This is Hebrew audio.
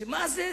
מה זה,